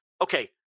Okay